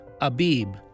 Abib